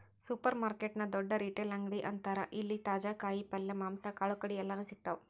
supermarket ನ ದೊಡ್ಡ retail ಅಂಗಡಿ ಅಂತಾರ ಇಲ್ಲಿ ತಾಜಾ ಕಾಯಿ ಪಲ್ಯ, ಮಾಂಸ, ಕಾಳುಕಡಿ ಎಲ್ಲಾನೂ ಸಿಗ್ತಾವ